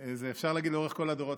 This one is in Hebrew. אפשר להגיד שזה לאורך כל הדורות,